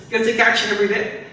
and take action everyday.